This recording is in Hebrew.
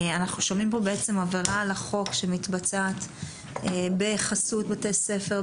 אנחנו שומעים פה בעצם עבירה על החוק שמתבצעת בחסות בתי ספר,